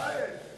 אלוהים אדירים?